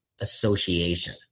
association